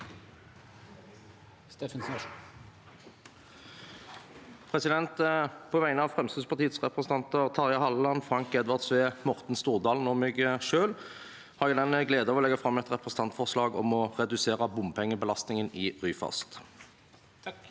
På vegne av Frem- skrittspartiets representanter Terje Halleland, Frank Edvard Sve, Morten Stordalen og meg selv har jeg gleden av å legge fram et representantforslag om å redusere bompengebelastningen i Ryfast.